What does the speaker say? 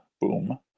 boom